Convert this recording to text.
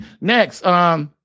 next